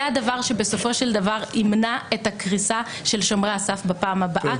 זה הדבר שבסופו של דבר ימנע את הקריסה של שומרי הסף בפעם הבאה.